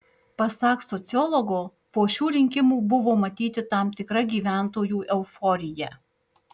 pasak sociologo po šių rinkimų buvo matyti tam tikra gyventojų euforija